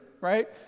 right